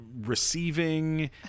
receiving